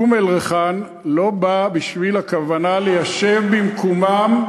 אום-אלחיראן, לא בא בשביל ליישב במקומם,